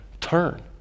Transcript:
turn